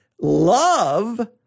Love